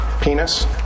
penis